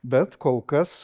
bet kol kas